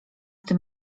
tym